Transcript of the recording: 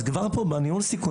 הוא צריך לדעת פה ולנהל סיכונים.